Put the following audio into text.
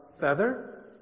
feather